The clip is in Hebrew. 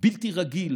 בלתי רגיל